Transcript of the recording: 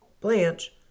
Blanche